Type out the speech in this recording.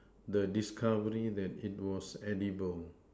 the discovery that it was edible